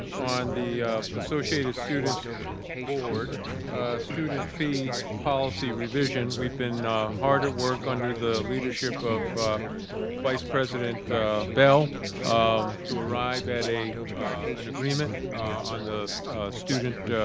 on the associated students board student fee policy revision, we've been hard at work under the leadership of vice president bell um to arrive at a an agreement on the student